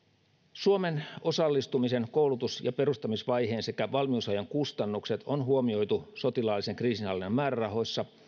suomen osallistumisen koulutus ja perustamisvaiheen sekä valmiusajan kustannukset on huomioitu sotilaallisen kriisinhallinnan määrärahoissa